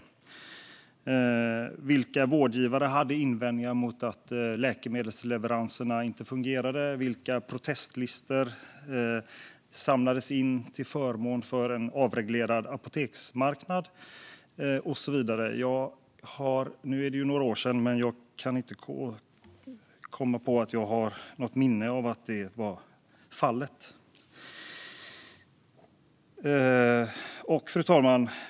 Hade inga vårdgivare några invändningar mot att läkemedelsleveranserna inte fungerade, samlades det in protestlistor till förmån för en avreglerad apoteksmarknad och så vidare? Nu är det ju några år sedan, men jag har inte något minne av att detta var fallet. Fru talman!